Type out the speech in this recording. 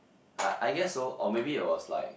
I I guess so or maybe it was like